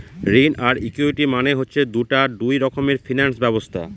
ঋণ আর ইকুইটি মানে হচ্ছে দুটা দুই রকমের ফিনান্স ব্যবস্থা